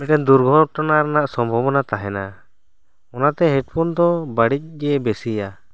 ᱫᱩᱨᱜᱷᱚᱴᱱᱟ ᱨᱮᱱᱟᱜ ᱥᱟᱢᱵᱷᱚᱵᱚᱱᱟ ᱛᱟᱦᱮᱱᱟ ᱚᱱᱟᱛᱮ ᱦᱮᱰᱹᱯᱷᱳᱱ ᱫᱚ ᱵᱟᱹᱲᱤᱡ ᱜᱮ ᱵᱮᱥᱤᱭᱟ